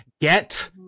get